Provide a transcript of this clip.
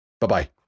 Bye-bye